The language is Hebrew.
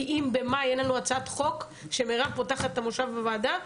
כי אם במאי אין לנו הצעת חוק כשאני פותחת את המושב בוועדה,